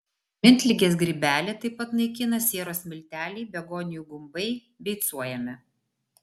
miltligės grybelį taip pat naikina sieros milteliai begonijų gumbai beicuojami